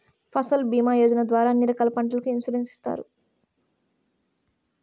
ఫసల్ భీమా యోజన ద్వారా అన్ని రకాల పంటలకు ఇన్సురెన్సు ఇత్తారు